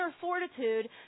fortitude